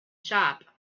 shop